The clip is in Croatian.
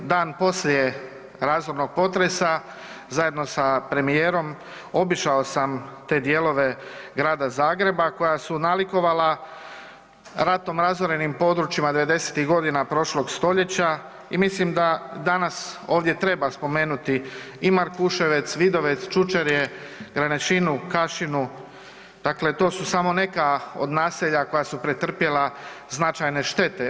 Dan poslije razornog potresa, zajedno sa premijerom, obišao sam te dijelove grada Zagreba koja su nalikovala ratom razorenim područjima 90-ih godina prošlog stoljeća i mislim da danas ovdje treba spomenuti i Markuševec, Vidovec, Čučerje, Granešinu, Kašinu, dakle to su samo neka od naselja koja su pretrpjela značajne štete.